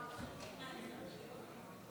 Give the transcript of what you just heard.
חברות וחברי הכנסת, אחרי שמספר הנרצחים בחברה